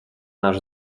наш